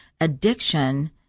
addiction